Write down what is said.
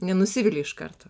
nenusivili iš karto